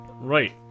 Right